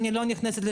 ההחלטה.